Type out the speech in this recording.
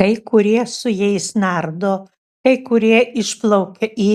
kai kurie su jais nardo kai kurie išplaukia į